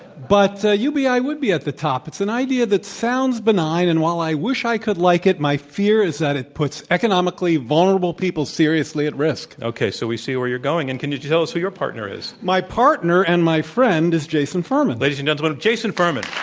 but ubi would be at the top. it's an idea that sounds benign, and while i wish i could like it, my fear is that it puts economically vulnerable people seriously at risk. okay, so we see where you're going. and can you tell us who your partner is? my partner and my friend is jason furman. ladies and gentlemen, jason furman.